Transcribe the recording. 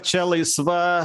čia laisva